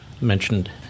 mentioned